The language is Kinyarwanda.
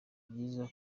byiza